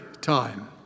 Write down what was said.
time